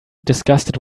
disgusted